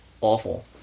awful